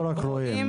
או רק רואים?